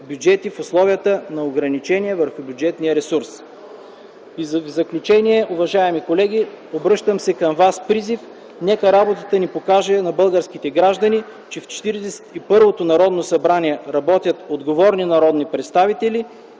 бюджети в условията на ограничения върху бюджетния ресурс. В заключение, уважаеми колеги, се обръщам към вас с призив: нека работата ни покаже на българските граждани, че в Четиридесет и първото Народно събрание работят отговорни народни представители,